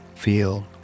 Feel